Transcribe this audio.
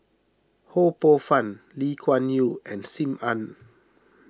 Ho Poh Fun Lee Kuan Yew and Sim Ann